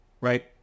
right